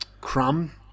crumb